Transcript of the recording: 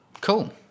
Cool